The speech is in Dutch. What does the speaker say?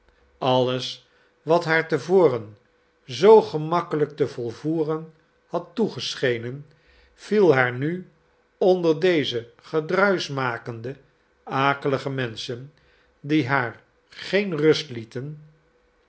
alles wat haar te voren zoo gemakkelijk te volvoeren had toegeschenen viel haar nu onder deze gedruismakende akelige menschen die haar geen rust lieten